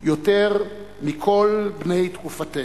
יותר מכל בני תקופתנו".